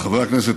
חברי הכנסת,